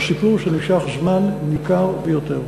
הוא סיפור שנמשך זמן ניכר ביותר.